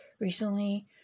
recently